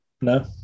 no